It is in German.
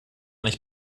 nicht